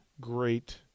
great